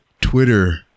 Twitter